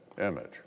image